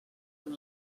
amb